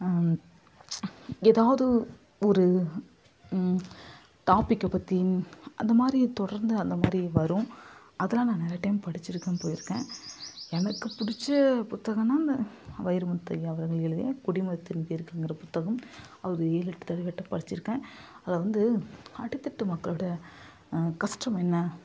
எதாவது ஒரு டாப்பிக்கை பற்றி அந்தமாதிரி தொடர்ந்து அந்தமாதிரி வரும் அதலாம் நான் நிறையா டைம் படித்திருக்கேன் போய்ருக்கேன் எனக்கு பிடிச்ச புத்தகன்னா வைரமுத்து ஐயா அவர்கள் எழுதிய கொடி மரத்தின் வேர்கள்ங்கிற புத்தகம் ஒரு ஏழு எட்டு தடவையாட்டம் படித்திருக்கேன் அதில் வந்து அடித்தட்டு மக்களோட கஷ்டம் என்ன